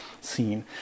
scene